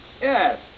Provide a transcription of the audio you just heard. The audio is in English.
Yes